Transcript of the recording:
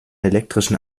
elektrischen